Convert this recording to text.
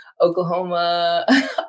Oklahoma